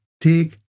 take